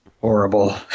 Horrible